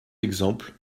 exemple